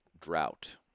drought